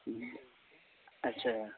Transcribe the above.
اچھا